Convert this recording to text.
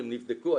הם נבדקו,